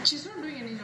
she's not doing any job